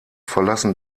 verlassen